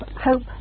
hope